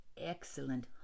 excellent